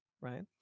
right